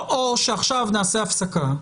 או שעכשיו נעשה הפסקה,